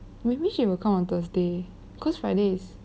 maybe she will come on thursday cause fridays